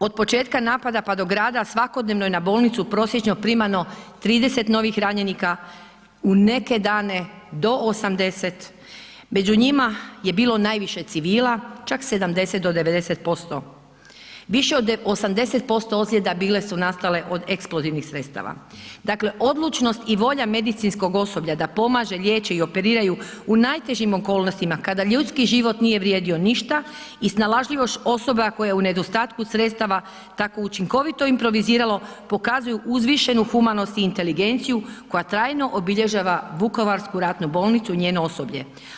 Od početka napada, pa do pada svakodnevno je na bolnicu prosječno primano 30 novih ranjenika, u neke dane do 80, među njima je bilo najviše civila, čak 70 do 90%, više od 80% ozljeda bile su nastale od eksplozivnih sredstava, dakle odlučnost i volja medicinskog osoblja da pomaže, liječi i operiraju u najtežim okolnostima kada ljudski život nije vrijedio ništa i snalažljivost osoba koja je u nedostatku sredstava tako učinkovito improviziralo, pokazuju uzvišenu humanost i inteligenciju koja trajno obilježava vukovarsku ratnu bolnicu i njeno osoblje.